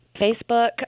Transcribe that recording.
Facebook